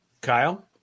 Kyle